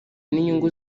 n’inyungu